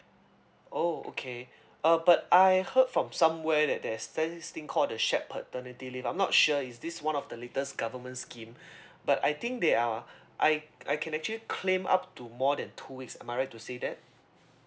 oh okay uh but I heard from somewhere that there's this thing called the shared paternity leave I'm not sure is this one of the latest government scheme but I think they are I I can actually claim up to more than two weeks am I right to say that